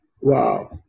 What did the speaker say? wow